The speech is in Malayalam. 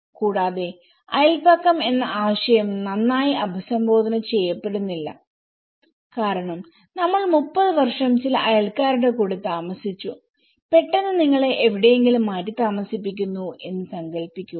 കൂടാതെ അയൽപക്കം എന്ന ആശയം നന്നായി അഭിസംബോധന ചെയ്യപ്പെടുന്നില്ല കാരണം നമ്മൾ 30 വർഷം ചില അയൽക്കാരുടെ കൂടെ താമസിച്ചു പെട്ടെന്ന് നിങ്ങളെ എവിടെയെങ്കിലും മാറ്റിതാമസിപ്പിക്കുന്നു എന്ന് സങ്കൽപ്പിക്കുക